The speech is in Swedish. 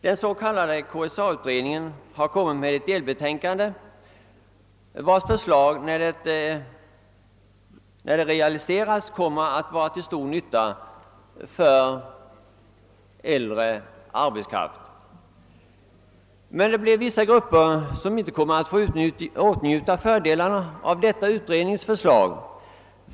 Den s.k. KSA-utredningen har framlagt ett delbetänkande vars förslag när det realiseras kommer att vara till stor nytta för äldre arbetskraft. Men vissa grupper kommer inte att få åtnjuta fördelarna av detta utredningsförslag.